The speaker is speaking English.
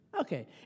Okay